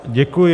Děkuji.